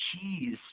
cheese